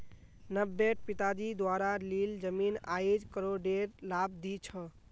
नब्बेट पिताजी द्वारा लील जमीन आईज करोडेर लाभ दी छ